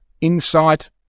insight